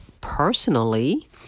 personally